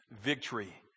victory